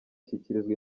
ashyikirizwa